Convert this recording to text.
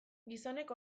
gizonek